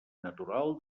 natural